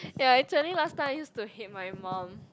ya actually last time I used to hate my mum